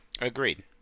Agreed